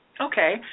Okay